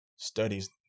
Studies